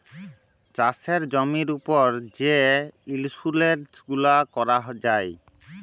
চাষের জমির উপর যে ইলসুরেলস গুলা ক্যরা যায়